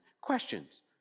Questions